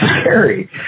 scary